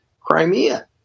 Crimea